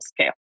scale